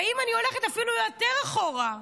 ואם אני הולכת אפילו יותר אחורה,